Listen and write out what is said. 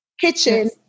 kitchen